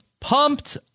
pumped